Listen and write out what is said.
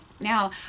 now